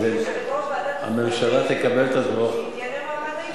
מיושבת-ראש ועדת השרים לענייני מעמד האשה.